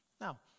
Now